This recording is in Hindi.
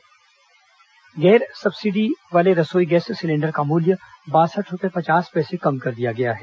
रसोई गैस कीमत गैर सब्सिडी वाले रसोई गैस सिलेंडर का मूल्य बासठ रुपए पचास पैसे कम कर दिया गया है